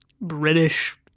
British